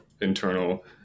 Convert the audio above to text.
internal